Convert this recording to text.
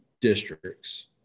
districts